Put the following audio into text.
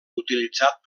utilitzat